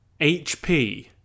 HP